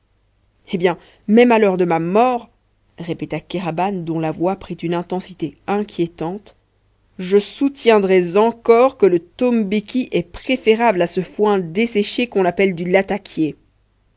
eh bien même à l'heure de ma mort répéta kéraban dont la voix prit une intensité inquiétante je soutiendrais encore que le tombéki est préférable à ce foin desséché qu'on appelle du latakié